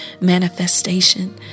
manifestation